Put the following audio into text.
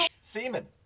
semen